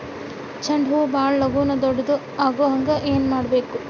ಚಂಡ ಹೂ ಭಾಳ ಲಗೂನ ದೊಡ್ಡದು ಆಗುಹಂಗ್ ಏನ್ ಮಾಡ್ಬೇಕು?